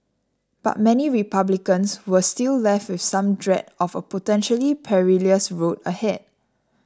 but many Republicans were still left with some dread of a potentially perilous road ahead